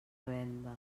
venda